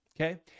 okay